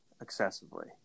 excessively